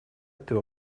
этой